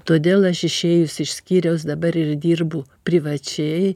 todėl aš išėjus iš skyriaus dabar ir dirbu privačiai